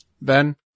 Ben